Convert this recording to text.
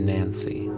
Nancy